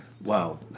wow